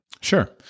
Sure